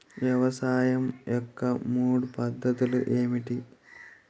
వ్యవసాయం యొక్క మూడు పద్ధతులు ఏమిటి?